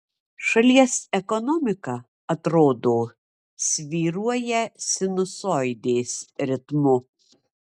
šalies ekonomika atrodo svyruoja sinusoidės ritmu